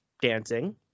dancing